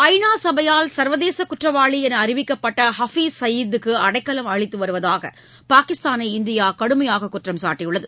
ஐநா சபையால் சர்வதேச குற்றவாளி என அறிவிக்கப்பட்ட ஹபீஸ் சயீதுக்கு அடைக்கலம் அளித்து வருவதாக பாகிஸ்தானை இந்தியா கடுமையாக குற்றம் சாட்டியுள்ளது